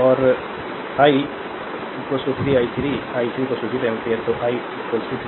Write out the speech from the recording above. और I 1 3 i 3 i 3 1 ampere तो I 1 3 ampere